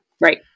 Right